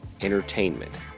Entertainment